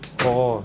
oh